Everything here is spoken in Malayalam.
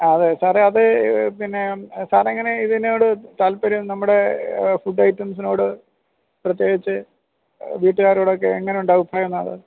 ആ അത് സാറെ അത് പിന്നെ സാർ എങ്ങനാണ് ഇതിനോട് താല്പര്യം നമ്മുടെ ഫുഡ് ഐറ്റംസിനോട് പ്രതേകിച്ച് വീട്ടുക്കാരൊടൊക്കെ എങ്ങനുണ്ട് അഭിപ്രായം അത്